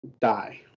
die